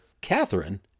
Catherine